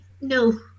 no